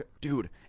dude